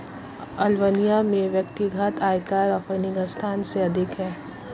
Albania में व्यक्तिगत आयकर अफ़ग़ानिस्तान से अधिक है